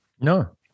no